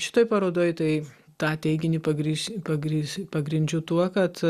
šitoj parodoj tai tą teiginį pagrįsiu pagrįs pagrindžia tuo kad